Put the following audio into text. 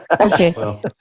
okay